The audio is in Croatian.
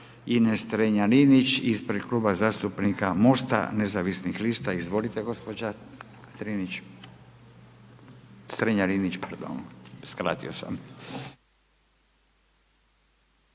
Ines Strenja Linić, ispred Kluba zastupnika Mosta nezavisnih lista. Izvolite gospođa …/Govornik se ne razumije./… Strenja Linić, pardon, skratio sam.